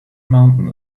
mountain